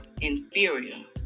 inferior